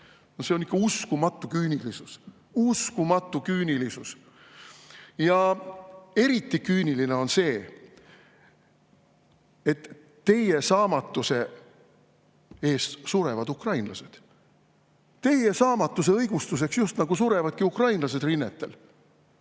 küünilisus, uskumatu küünilisus. Eriti küüniline on see, et teie saamatuse eest surevad ukrainlased. Teie saamatuse õigustuseks justnagu surevadki ukrainlased rinnetel.